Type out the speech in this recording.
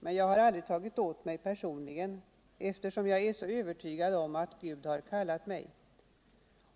Men jag har aldrig tagit åt mig personligen, eftersom jag är så övertygad om att Gud har kallat mig.